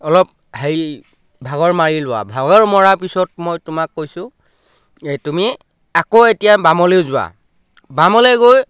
অলপ হেৰি ভাগৰ মাৰি লোৱা ভাগৰ মৰাৰ পিছত মই তোমাক কৈছোঁ এই তুমি আকৌ এতিয়া বামলৈ যোৱা বামলৈ গৈ